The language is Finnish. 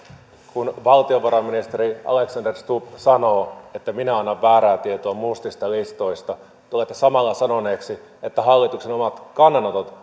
kun valtiovarainministeri alexander stubb sanoo että minä annan väärää tietoa mustista listoista tulette samalla sanoneeksi että hallituksen omat kannanotot